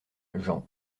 jean